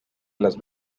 las